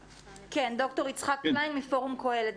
ד"ר יצחק קליין מפורום קהלת,